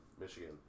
Michigan